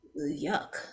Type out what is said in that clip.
yuck